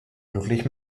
glücklich